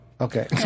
Okay